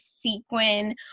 sequin